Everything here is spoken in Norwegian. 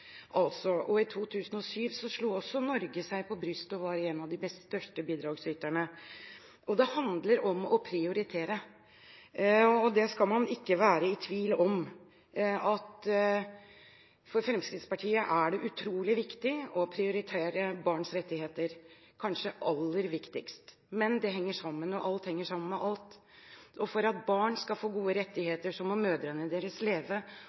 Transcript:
I 2007 slo også Norge seg på brystet og var en av de største bidragsyterne. Det handler om å prioritere. Man skal ikke være i tvil om at det for Fremskrittspartiet er utrolig viktig å prioritere barns rettigheter – kanskje aller viktigst. Men alt henger sammen med alt, og for at barn skal få gode rettigheter, må mødrene deres leve,